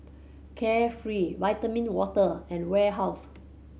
Carefree Vitamin Water and Warehouse